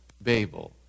Babel